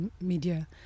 media